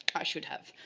i should have.